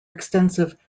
extensive